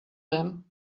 then